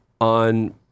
on